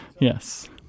Yes